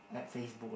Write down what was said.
at FaceBook lah